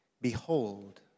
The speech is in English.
Behold